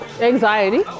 anxiety